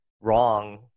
wrong